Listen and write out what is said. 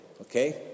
Okay